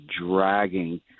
dragging